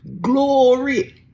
glory